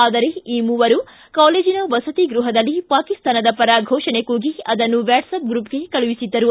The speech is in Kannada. ಆದರೆ ಈ ಮೂವರು ಕಾಲೇಜಿನ ವಸತಿ ಗೃಹದಲ್ಲಿ ಪಾಕಿಸ್ತಾನದ ಪರ ಘೋಷಣೆ ಕೂಗಿ ಅದನ್ನು ವಾಟ್ಸ್ಆಶ್ ಗ್ರೂಪ್ಗೆ ಕಳುಹಿಸಿದ್ದರು